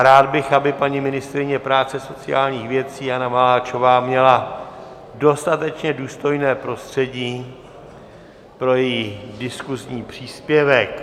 Rád bych, aby paní ministryně práce a sociálních věcí Jana Maláčová měla dostatečně důstojné prostředí pro svůj diskusní příspěvek.